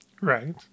Right